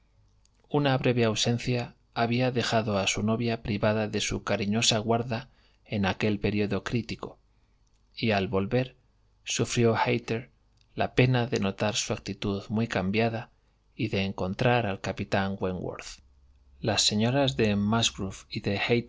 una breve ausencia había dejado a su novia privada de su cariñosa guarda en aquel período crítico y al volver sufrió hayter la pena de notar su actitud muy cambiada y de encontrar al capitán wentworth las señoras de musgrove